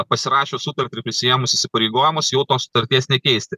pasirašius sutartį ir prisiėmus įsipareigojimus jau tos sutarties nekeisti